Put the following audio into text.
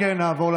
אני חושב,